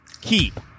keep